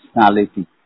personality